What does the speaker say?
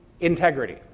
integrity